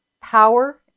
power